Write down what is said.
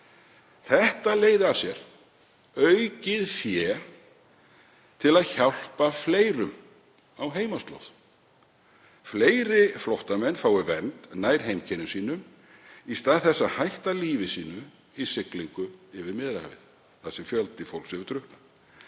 Þetta leiði af sér aukið fé til að hjálpa fleirum á heimaslóð. Fleiri flóttamenn fái vernd nær heimkynnum sínum í stað þess að hætta lífi sínu í siglingu yfir Miðjarðarhafið þar sem fjöldi fólks hefur drukknað.